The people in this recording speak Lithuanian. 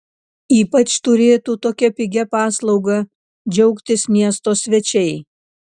ypač turėtų tokia pigia paslauga džiaugtis miesto svečiai